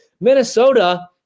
Minnesota